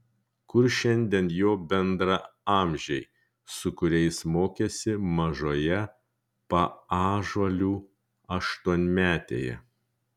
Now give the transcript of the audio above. kur šiandien jo bendraamžiai su kuriais mokėsi mažoje paąžuolių aštuonmetėje